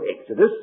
Exodus